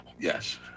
Yes